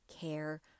care